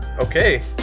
okay